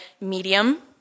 medium